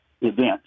event